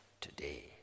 today